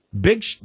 big